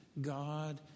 God